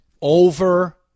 over